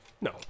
No